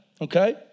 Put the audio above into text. okay